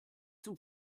zum